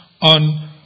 On